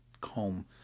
comb